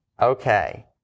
Okay